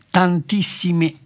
tantissime